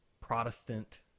Protestant